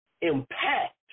impact